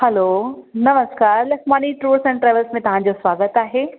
हलो नमस्कार Lakhmani tour centres में तव्हांजो स्वागतु आहे